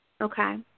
Okay